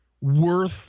worth